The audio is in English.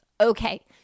okay